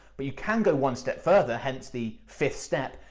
but you can go one step further, hence the fifth step,